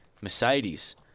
Mercedes